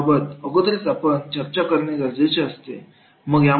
याबाबत अगोदरच चर्चा करणे गरजेचे असते